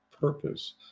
purpose